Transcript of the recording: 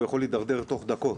הוא יכול להידרדר תוך דקות,